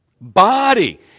Body